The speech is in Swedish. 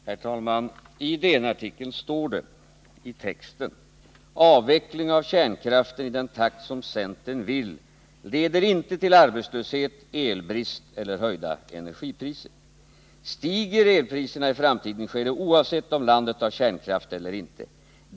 Herr talman! I DN-artikeln stod det i texten: ”Avveckling av kärnkraften i den takt som centern vill leder inte till arbetslöshet, el-brist eller höjda energipriser. Stiger el-priserna i framtiden sker det oavsett om landet har kärnkraft eller inte.